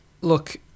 Look